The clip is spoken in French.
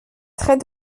très